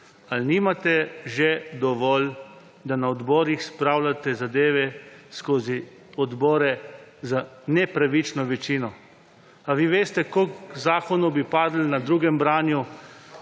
Ali nimate že dovolj, da na odborih spravljate zadeve skozi odbore z nepravično večino? Ali vi veste, koliko zakonov bi padlo na drugem branju,